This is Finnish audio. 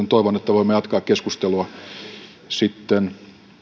toivon että voimme jatkaa keskustelua sitten